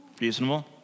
Reasonable